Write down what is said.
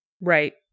Right